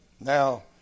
Now